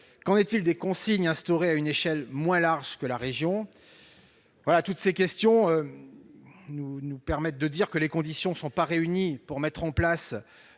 qu'en est-il des consignes instaurées à une échelle moins large que la région ? Toutes ces questions nous permettent de dire que les conditions ne sont pas réunies pour mettre en place